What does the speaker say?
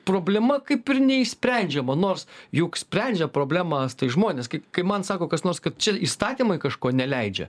problema kaip ir neišsprendžiama nors juk sprendžia problemas tai žmonės kai kai man sako kas nors kad čia įstatymai kažko neleidžia